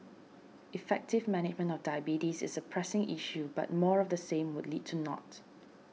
effective management of diabetes is a pressing issue but more of the same would lead to naught